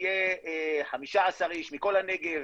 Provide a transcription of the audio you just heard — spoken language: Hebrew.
שיהיה 15 איש מכל הנגב